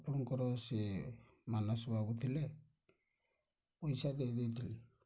ଆପଣଙ୍କର ସିଏ ମାନସ ଭାବୁଥିଲେ ପଇସା ଦେଇ ଦେଇଥିଲି